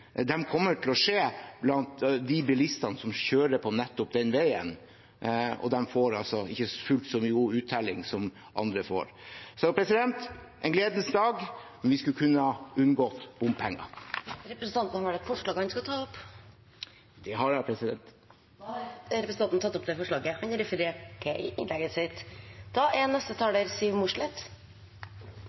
kommer til å skje blant de bilistene som kjører på nettopp den veien, og de får altså ikke fullt så god uttelling som andre får. Så dette er en gledens dag, men vi kunne ha unngått bompenger. Jeg tar til slutt opp Fremskrittspartiets forslag til saken. Da har representanten Per-Willy Amundsen tatt opp det forslaget han refererte til. Dette er en god dag på jobben. Jeg er